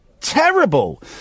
terrible